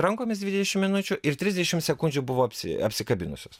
rankomis dvidešim minučių ir trisdešim sekundžių buvo apsikabinusios